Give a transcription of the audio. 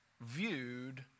viewed